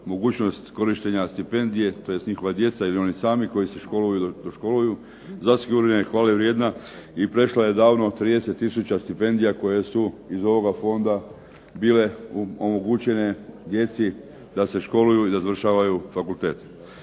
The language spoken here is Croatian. mogućnost korištenja stipendije tj. njihova djeca ili oni sami koji se školuju, doškoluju, zasigurno je hvalevrijedna i prešla je davno 30 tisuća stipendija koje su iz ovoga fonda bile omogućene djeci da se školuju i da završavaju fakultet.